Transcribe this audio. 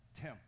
Tim